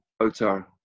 Otar